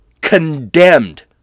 condemned